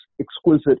exquisite